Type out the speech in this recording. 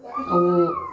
ಅವು